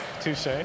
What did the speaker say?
touche